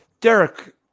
Derek